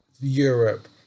Europe